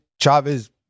Chavez